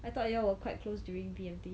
I thought you all were quite close during B_M_T